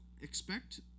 expect